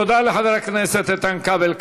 תודה לחבר הכנסת איתן כבל.